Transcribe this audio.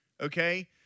okay